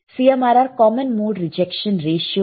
CMRR common mode rejection ratio है